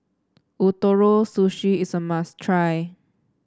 Ootoro Sushi is a must try